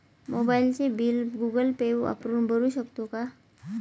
मोबाइलचे bill Google Pay वापरून भरू शकतो का?